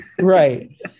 Right